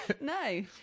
no